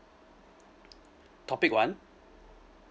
topic one